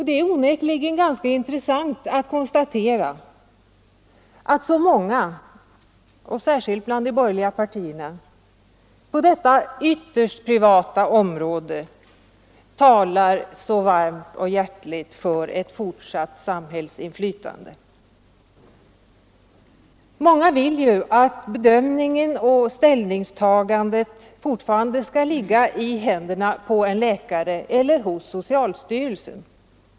Det är onekligen intressant att konstatera att så många, särskilt bland de borgerliga partierna, på detta ytterst privata område talar så varmt för fortsatt samhällsinflytande. Många vill att bedömningen och ställningstagandet fortfarande skall ligga hos läkaren eller hos socialstyrelsen.